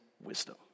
wisdom